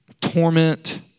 torment